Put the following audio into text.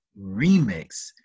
remix